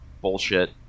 bullshit